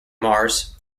mars